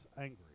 angry